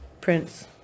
Prince